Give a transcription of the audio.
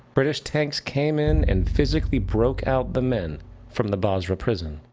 british tanks came in and physically broke out the men from the basra prison.